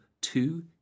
Two